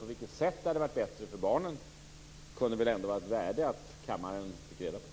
På vilket sätt det hade varit bättre för barnen hade kunnat vara av värde för kammaren att få reda på.